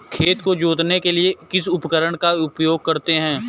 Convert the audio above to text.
खेत को जोतने के लिए किस उपकरण का उपयोग करते हैं?